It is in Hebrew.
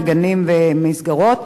לגנים ולמסגרות,